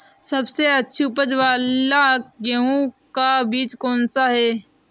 सबसे अच्छी उपज वाला गेहूँ का बीज कौन सा है?